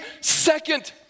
second